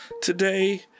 today